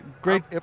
great